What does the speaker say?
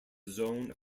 zone